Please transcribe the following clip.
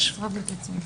עד שכבר תופסים מישהו,